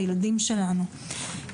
הילדים שלנו.